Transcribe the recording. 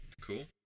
Cool